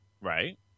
Right